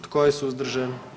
Tko je suzdržan?